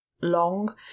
long